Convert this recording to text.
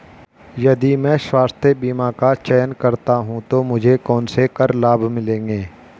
यदि मैं स्वास्थ्य बीमा का चयन करता हूँ तो मुझे कौन से कर लाभ मिलेंगे?